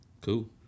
Cool